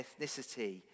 ethnicity